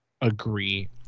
agree